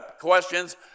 questions